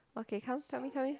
okay come tell me tell me